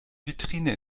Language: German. vitrine